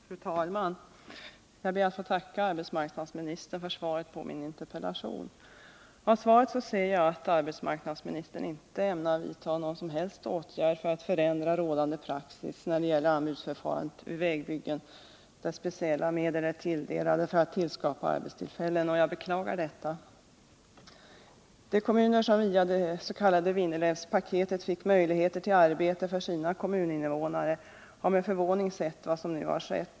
Fru talman! Jag ber att få tacka arbetsmarknadsministern för svaret på min interpellation. Av svaret ser jag att arbetsmarknadsministern inte ämnar vidta någon som helst åtgärd för att ändra rådande praxis när det gäller anbudsförfarandet vid vägbyggen där speciella medel är tilldelade för att skapa arbetstillfällen. Jag beklagar detta. I de kommuner som genom dets.k. Vindelälvspaketet fick möjligheter att ordna arbete för sina invånare har man med förvåning sett vad som nu ägt rum.